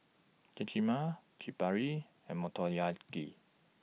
Kheema Chaat Papri and Motoyaki